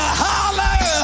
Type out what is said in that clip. holler